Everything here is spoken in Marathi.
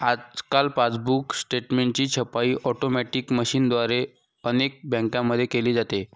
आजकाल पासबुक स्टेटमेंटची छपाई ऑटोमॅटिक मशीनद्वारे अनेक बँकांमध्ये केली जाते